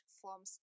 forms